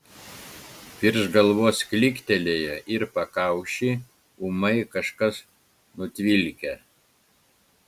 virš galvos klyktelėjo ir pakaušį ūmai kažkas nutvilkė